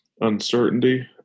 uncertainty